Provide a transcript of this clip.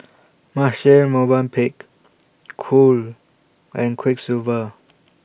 Marche Movenpick Cool and Quiksilver